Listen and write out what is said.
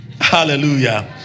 hallelujah